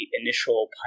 initial